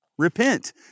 Repent